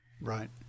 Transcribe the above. Right